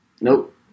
nope